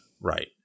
Right